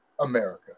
America